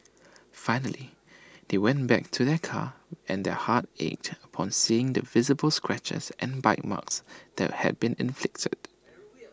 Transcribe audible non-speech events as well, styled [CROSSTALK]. finally they went back to their car and their hearts ached upon seeing the visible scratches and bite marks that had been inflicted [NOISE]